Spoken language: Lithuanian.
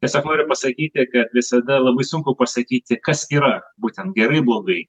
tiesiog noriu pasakyti kad visada labai sunku pasakyti kas yra būtent gerai blogai